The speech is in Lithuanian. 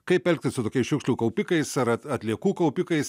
kaip elgtis su tokiais šiukšlių kaupikais ar atliekų kaupikais